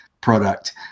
product